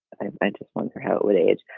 i just wonder how it would age.